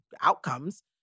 outcomes